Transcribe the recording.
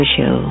Show